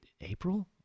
April